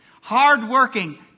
hardworking